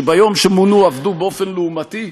שביום שהם מונו הם עבדו באופן לעומתי,